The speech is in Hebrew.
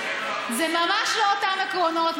זה ממש לא אותם עקרונות,